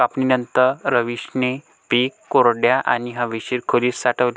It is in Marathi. कापणीनंतर, रवीशने पीक कोरड्या आणि हवेशीर खोलीत साठवले